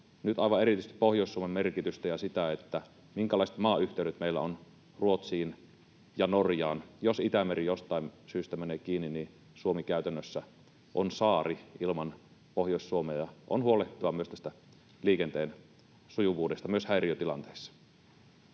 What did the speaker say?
nyt aivan erityisesti Pohjois-Suomen merkitystä ja sitä, minkälaiset maayhteydet meillä on Ruotsiin ja Norjaan. Jos Itämeri jostain syystä menee kiinni, niin Suomi käytännössä on saari ilman Pohjois-Suomea, ja on huolehdittava myös tästä liikenteen sujuvuudesta myös häiriötilanteissa.